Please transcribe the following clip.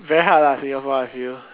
very hard lah Singapore I feel